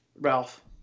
Ralph